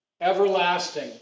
Everlasting